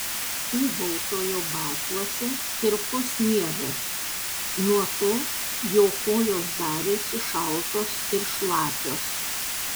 ūbautojo batuose tirpo sniegas nuo to jo kojos darėsi šaltos ir šlapios